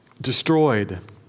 destroyed